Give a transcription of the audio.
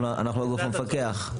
אנחנו הגוף המפקח.